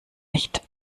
nicht